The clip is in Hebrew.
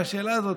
השאלה הזאת,